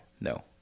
No